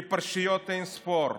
כי יש פרשיות אין-ספור,